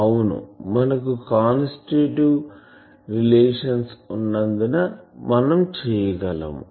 అవును మనకు constitutive relations ఉన్నందున మనం చేయగలం